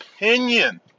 opinion